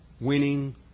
winning